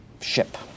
Ship